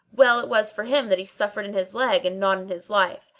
well it was for him that he suffered in his leg and not in his life!